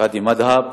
קאדים מד'הב.